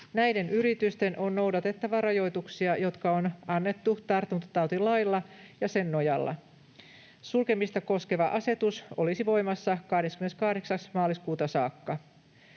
Näiden yritysten on noudatettava rajoituksia, jotka on annettu tartuntatautilailla ja sen nojalla. Sulkemista koskeva asetus olisi voimassa 28. maaliskuuta saakka.